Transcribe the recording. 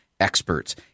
experts